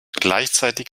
gleichzeitig